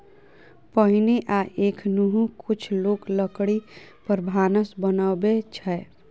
पहिने आ एखनहुँ कुछ लोक लकड़ी पर भानस बनबै छै